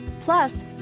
Plus